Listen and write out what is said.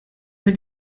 wenn